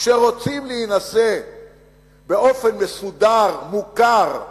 שרוצים להינשא באופן מסודר, מוכר,